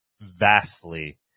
vastly